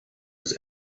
was